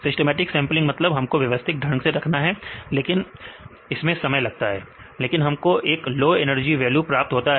systematic मतलब हमको व्यवस्थित ढंग से करना है लेकिन इसमें समय लगता है लेकिन हमको एक लो एनर्जी वैल्यू प्राप्त होता है